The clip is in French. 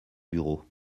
bureau